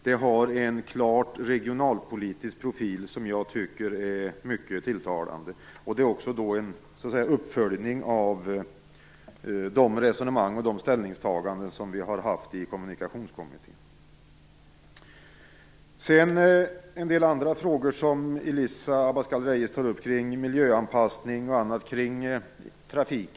Det har en klart regionalpolitisk profil som jag tycker är mycket tilltalande. Det är också en uppföljning av de resonemang som vi har fört och de ställningstaganden som vi har gjort i Kommunikationskommittén. Elisa Abascal Reyes tar också upp en del andra frågor kring miljöanpassning och trafik.